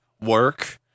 work